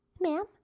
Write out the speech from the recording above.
ma'am